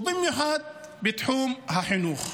ובמיוחד בתחום החינוך?